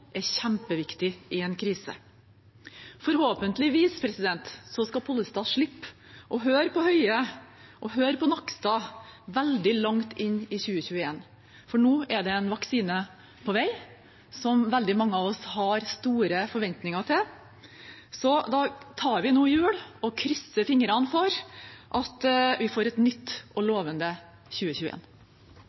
er kjempeviktig i en krise. Forhåpentligvis skal representanten Pollestad slippe å høre på Høie og Nakstad veldig langt inn i 2021, for nå er det en vaksine på vei som veldig mange av oss har store forventninger til. Så nå tar vi jul og krysser fingrene for at vi får et nytt og lovende